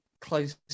close